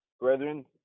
Brethren